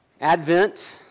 Advent